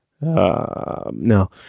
No